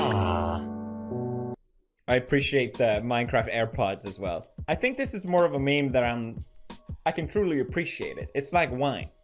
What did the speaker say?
ah i appreciate that minecraft air pods as well. i think this is more of a meme that i'm i can truly appreciate it it's like wine.